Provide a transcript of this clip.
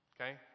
Okay